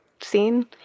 scene